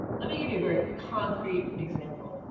let me give you a very concrete example.